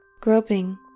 groping